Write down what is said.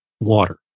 water